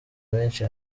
menshi